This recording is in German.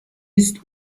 ist